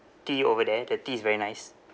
tea over there the tea is very nice